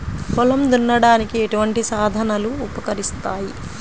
పొలం దున్నడానికి ఎటువంటి సాధనలు ఉపకరిస్తాయి?